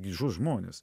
gi žus žmonės